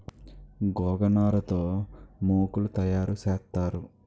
గోగనార తో మోకులు తయారు సేత్తారు